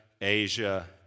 Asia